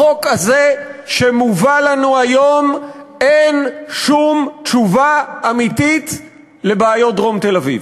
בחוק הזה שמובא לנו היום אין שום תשובה אמיתית לבעיות דרום תל-אביב.